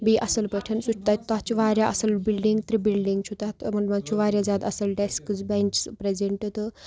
بیٚیہِ اَصٕل پٲٹھۍ سُہ چھُ تَتہِ تَتھ چھُ واریاہ اَصٕل بِلڈِنٛگ ترٛےٚ بِلڈِنٛگ چھُ تَتھ یِمَن مَنٛز چھُ واریاہ زیادٕ اَصٕل ڈیسکٕز بٮ۪نچٕز پرٛیٚزَنٛٹ تہٕ